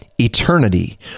eternity